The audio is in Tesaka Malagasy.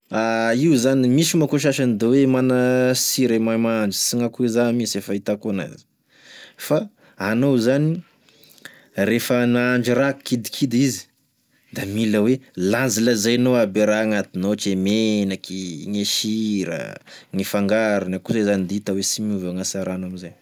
Io zany misy manko e sasany da hoe mana sira e mahay mahandro sy gn'akoiza mihinsy e fahitako enazy fa ano zany rehefa nahandro raha kidikidy izy da mila hoe lanzalanzainao aby e raha agnatiny ohatry e menaky, gne sira, gne fangarony akoizay zany da hita hoe sy miova gnasarany amiza.